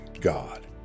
God